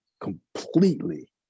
completely